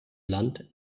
land